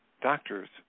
doctor's